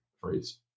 phrase